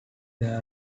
there